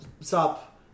stop